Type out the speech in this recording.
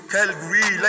Calgary